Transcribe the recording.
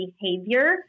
behavior